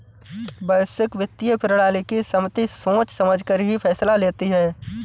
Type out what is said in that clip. वैश्विक वित्तीय प्रणाली की समिति सोच समझकर ही फैसला लेती है